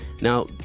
Now